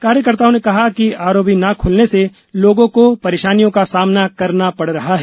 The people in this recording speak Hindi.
कार्यकर्ताओं ने कहा कि आरओबी न खूलने से लोगों को परेशानियों का सामना करना पड़ रहा है